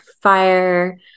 fire